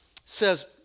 says